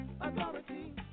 authority